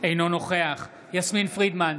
אינו נוכח יסמין פרידמן,